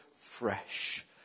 fresh